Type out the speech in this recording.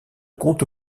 compte